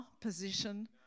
position